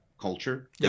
culture